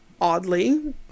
oddly